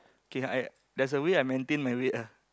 okay I there's a way I maintain my weight ah